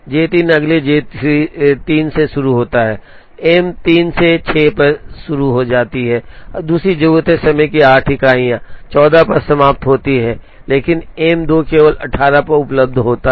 J 3 अगले J 3 से शुरू होता है M 3 से 6 बजे शुरू हो सकता है दूसरी जरूरत है समय की 8 इकाइयाँ 14 पर समाप्त होती हैं लेकिन M 2 केवल 18 पर उपलब्ध होता है